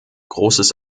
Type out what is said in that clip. großes